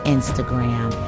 Instagram